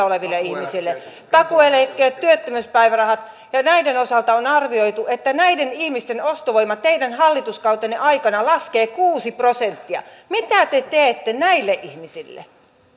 oleville ihmisille takuueläkkeet työttömyyspäivärahat näiden osalta on arvioitu että näiden ihmisten ostovoima teidän hallituskautenne aikana laskee kuusi prosenttia mitä te teette näille ihmisille